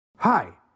Hi